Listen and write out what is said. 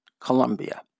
Colombia